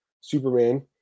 Superman